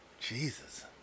Jesus